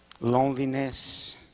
loneliness